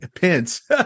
Pence